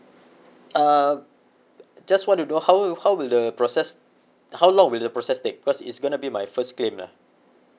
uh just want to know how will how will the process how long will the process take because it's gonna be my first claim lah